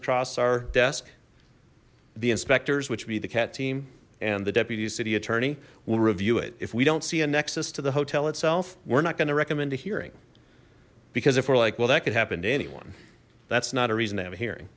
across our desk the inspectors which be the cat team and the deputy city attorney will review it if we don't see a nexus to the hotel itself we're not going to recommend a hearing because if we're like well that could happen to anyone that's not a reason